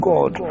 God